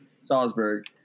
Salzburg